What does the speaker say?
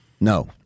No